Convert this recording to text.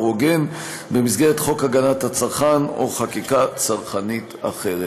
הוגן במסגרת חוק הגנת הצרכן או חקיקה צרכנית אחרת.